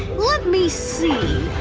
let me see.